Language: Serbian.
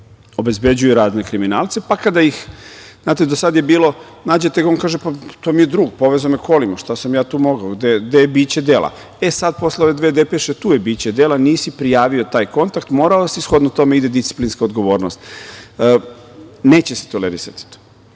obezbeđuju razne kriminalce, pa kada ih nađete, kažu – to mi je drug, povezao me je kolima, šta sam ja tu mogao, gde je biće dela? Sada, posle ove dve depeše tu je biće dela – nisi prijavio taj kontakt, morao si i, shodno tome, ide disciplinska odgovornost. Neće se tolerisati to.